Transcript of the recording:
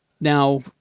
Now